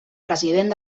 president